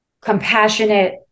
compassionate